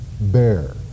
bear